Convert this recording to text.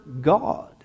God